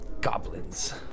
goblins